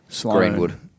Greenwood